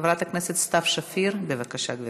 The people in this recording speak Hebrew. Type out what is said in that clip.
חברת הכנסת סתיו שפיר, בבקשה, גברתי.